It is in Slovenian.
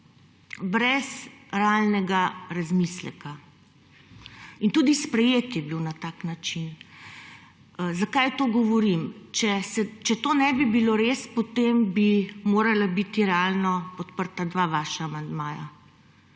brez realnega razmisleka. In tudi sprejet je bil na tak način. Zakaj to govorim? Če to ne bi bilo res, potem bi morala biti realno podprta dva vaša amandmaja,